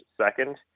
second